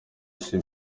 isi